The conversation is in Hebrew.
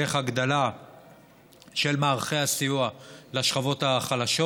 דרך הגדלה של מערכי הסיוע לשכבות החלשות,